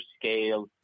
scale